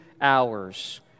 hours